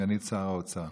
סגנית שר האוצר,